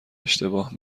اشتباه